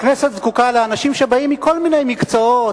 הכנסת זקוקה לאנשים שבאים מכל מיני מקצועות,